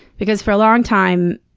because for a long time,